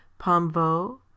Pomvo